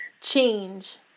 Change